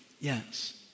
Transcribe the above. Yes